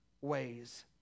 ways